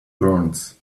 burns